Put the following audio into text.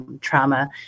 trauma